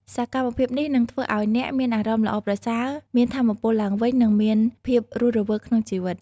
សកម្មភាពនេះនឹងធ្វើឲ្យអ្នកមានអារម្មណ៍ល្អប្រសើរ មានថាមពលឡើងវិញ និងមានភាពរស់រវើកក្នុងជីវិត។